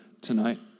tonight